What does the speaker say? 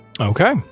Okay